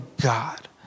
God